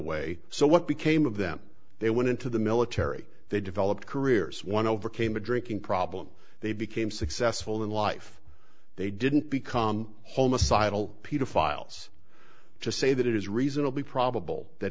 way so what became of them they went into the military they developed careers one overcame a drinking problem they became successful in life they didn't become homeless sidle paedophiles just say that it is reasonably probable that